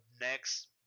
next